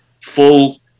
full